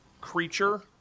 creature